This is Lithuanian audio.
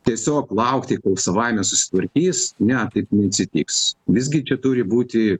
tiesiog laukti kol savaime susitvarkys ne taip neatsitiks visgi čia turi būti